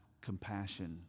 compassion